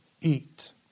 eat